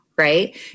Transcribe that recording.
right